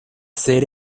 ser